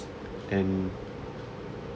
and